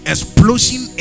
Explosion